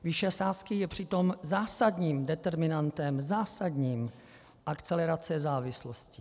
Výše sázky je přitom zásadním determinantem, zásadním, akcelerace závislosti.